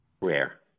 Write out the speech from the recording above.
rare